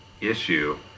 issue